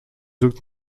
zoekt